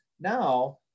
Now